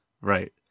right